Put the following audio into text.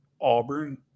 Auburn